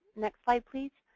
next slide, please.